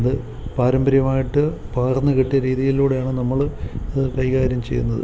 അത് പാരമ്പര്യമായിട്ട് പകർന്നുകിട്ടിയ രീതിയിലൂടെയാണ് നമ്മൾ അത് കൈകാര്യം ചെയ്യുന്നത്